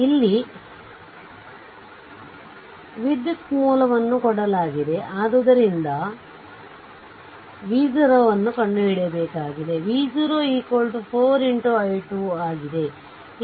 ಇಲ್ಲಿ ವಿದ್ಯುತ್ ಮೂಲವನ್ನು ಕೊಡಲಾಗಿದೆ ಆದ್ದರಿಂದ v0 ನ್ನು ಕಂಡುಹಿಡಿಯಬೇಕಾಗಿದೆ v0 4 i2 ಆಗಿದೆ